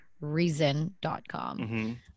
reason.com